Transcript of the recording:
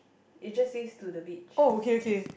it just says to the beach